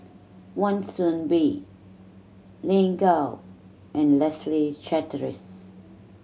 Wan Soon Bee Lin Gao and Leslie Charteris